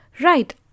Right